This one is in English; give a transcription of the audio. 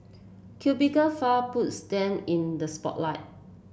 cubicle file puts them in the spotlight